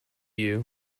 you